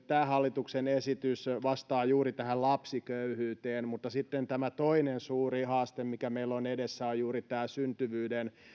tämä hallituksen esitys vastaa juuri tähän lapsiköyhyyteen mutta sitten tämä toinen suuri haaste mikä meillä on edessä on juuri tämä syntyvyyden